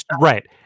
right